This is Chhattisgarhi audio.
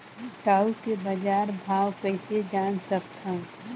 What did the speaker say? टाऊ के बजार भाव कइसे जान सकथव?